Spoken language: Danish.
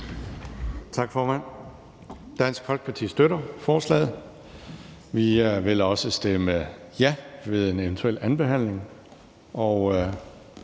Tak, formand. Dansk Folkeparti støtter forslaget. Vi vil også stemme ja ved en eventuel andenbehandling